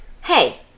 Hey